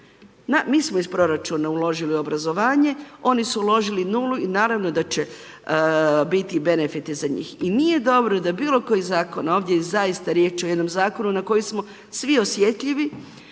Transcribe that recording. Mi smo iz proračuna uložili obrazovanje, oni su uložili nulu i naravno da će biti benefita za njih. I nije dobro da bilo koji zakon, ovdje je zaista riječ o jednom zakonu na koji smo svi osjetljivi,